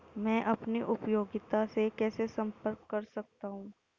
मैं अपनी उपयोगिता से कैसे संपर्क कर सकता हूँ?